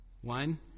One